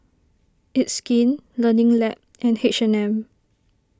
It's Skin Learning Lab and H and M